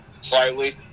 Slightly